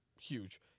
huge